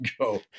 go